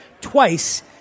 twice